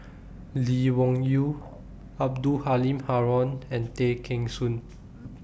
Lee Wung Yew Abdul Halim Haron and Tay Kheng Soon